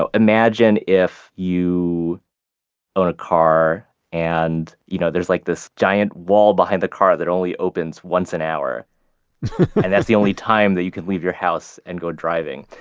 ah imagine if you own a car and you know there's like this giant wall behind the car that only opens once an hour and that's the only time that you can leave your house and go driving.